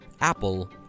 Apple